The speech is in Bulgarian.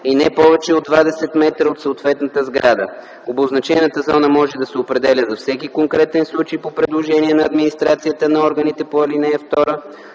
и не повече от двадесет метра от съответната сграда. Обозначената зона може да се определя за всеки конкретен случай по предложение на администрацията на органите по ал. 2,